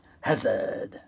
Hazard